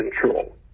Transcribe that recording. control